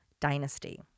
Dynasty